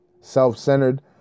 self-centered